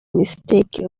mistake